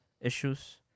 issues